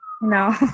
No